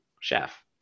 chef